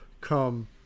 come